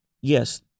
yes